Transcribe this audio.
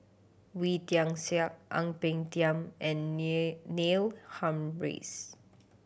Wee Tian Siak Ang Peng Tiam and Neil Humphreys